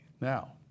Now